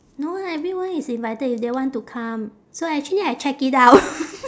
no lah everyone is invited if they want to come so actually I check it out